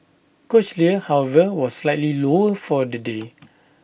cochlear however was slightly lower for the day